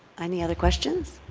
any other questions?